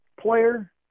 player